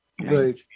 Right